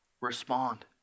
Respond